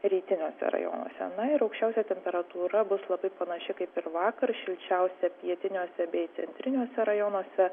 rytiniuose rajonuose na ir aukščiausia temperatūra bus labai panaši kaip ir vakar šilčiausia pietiniuose bei centriniuose rajonuose